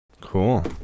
Cool